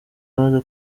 amaze